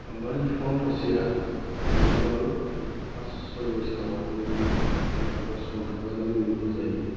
गाम्बारि बिफां थसेआ गैयाब्लाबो फास सय बोसोराव बियो दस फन्द्र'हाजारनि मुयल' जायो